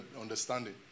understanding